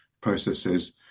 processes